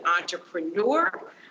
entrepreneur